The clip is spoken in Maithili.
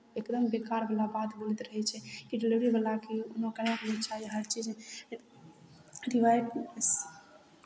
एकदम बेकारवला बात बोलैत रहै छै कि डिलेवरीवलाके ओना करयके नहि चाही हरचीज